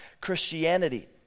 Christianity